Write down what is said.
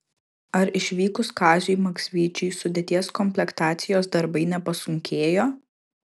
ar išvykus kaziui maksvyčiui sudėties komplektacijos darbai nepasunkėjo